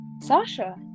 Sasha